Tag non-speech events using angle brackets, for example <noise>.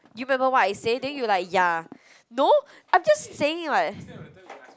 do you remember what I say then you like ya no I'm just saying like <noise>